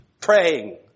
praying